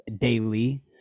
daily